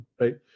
right